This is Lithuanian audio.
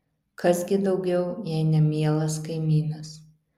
kas gi daugiau jei ne mielas kaimynas